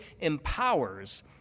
empowers